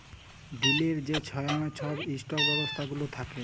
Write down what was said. দিলের যে ছময় ছব ইস্টক ব্যবস্থা গুলা থ্যাকে